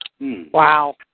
Wow